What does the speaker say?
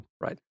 Right